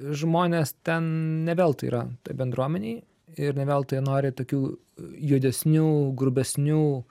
žmonės ten ne veltui yra toj bendruomenėj ir ne veltui nori tokių juodesnių grubesnių